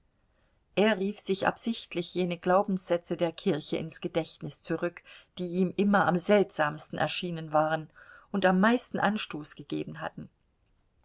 er rief sich absichtlich jene glaubenssätze der kirche ins gedächtnis zurück die ihm immer am seltsamsten erschienen waren und am meisten anstoß gegeben hatten